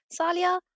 Salia